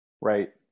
Right